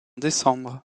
décembre